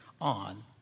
on